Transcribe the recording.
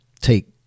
take